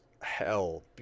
hell